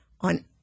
on